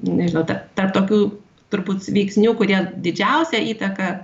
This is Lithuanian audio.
nežinau ta tarp tokių turbūt veiksnių kurie didžiausią įtaką